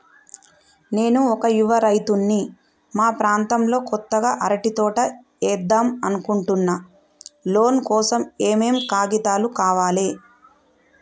నేను ఒక యువ రైతుని మా ప్రాంతంలో కొత్తగా అరటి తోట ఏద్దం అనుకుంటున్నా లోన్ కోసం ఏం ఏం కాగితాలు కావాలే?